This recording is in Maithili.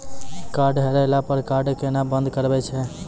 कार्ड हेरैला पर कार्ड केना बंद करबै छै?